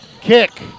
kick